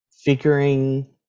figuring